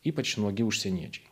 ypač nuogi užsieniečiai